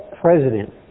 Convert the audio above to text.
president